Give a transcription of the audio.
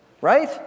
Right